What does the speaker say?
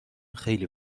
خیلی